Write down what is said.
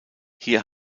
hier